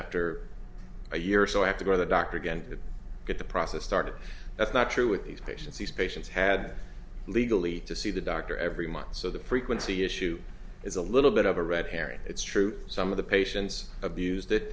after a year or so i have to go to the doctor again and get the process started that's not true with these patients these patients had legally to see the doctor every month so the frequency issue is a little bit of a red herring it's true some of the patients abuse